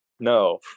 No